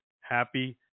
happy